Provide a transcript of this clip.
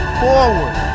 forward